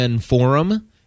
forum